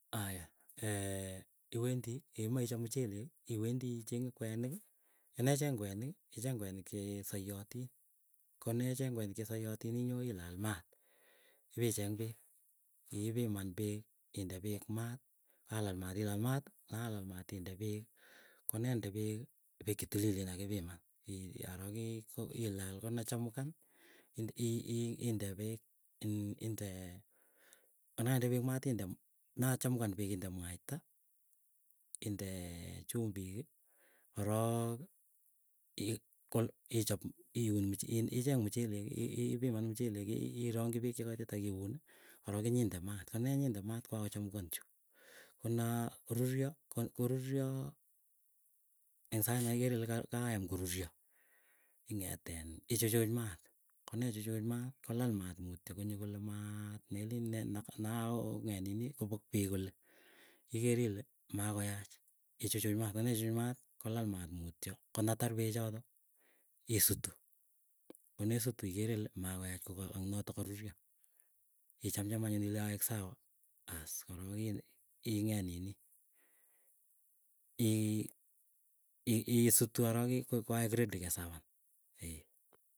Aya iwendi yeimae ichop muchelek iwendii icheng'e kweniki, konecheng kwenik icheng kwenik che saiyatin konechen kwenik che sayatin inyoo ilal maat. Ipicheng peek ikipiman peek inde peek maat, kalal maat ilal maat. Makalal maat inde peek konende peek peek chetililen akipiman ii arok ii ilal konechemukan i i inde peek inde mwaita indee chumbiki korooki ko ichop iun icheng muchelek ipiman muchelek. Irongchi peek chekaiti akiuni korok inyinde maat. Konenyinde maat kokakochamukanchu kona ruryo koruryo eng sait naikere ile kayam koruryo. Ing'eteen ichuchuch maat, konechuchuch maat kolal maat mutyo. Konyo kole maat melen ne na naong'etnini kopok peek kole iker ile, makoyach ichuchuch maat. Konechuchuch maat kolal maat mutyo, konatar peechoto isutu konesutu ikere ile makoyach koka angnoto karuryo. Ichamcham ile kaek sawa aas korok ile ing'eet nini ii i sutu arok ii koaek ready keservan ee.